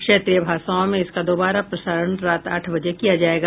क्षेत्रीय भाषाओं में इसका दोबारा प्रसारण रात आठ बजे किया जायेगा